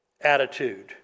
attitude